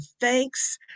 thanks